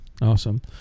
awesome